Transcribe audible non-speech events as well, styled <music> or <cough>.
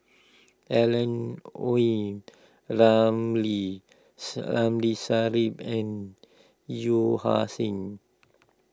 Alan Oei Ramli <unintelligible> Ramli Sarip and Yeo Ah Seng